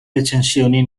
recensioni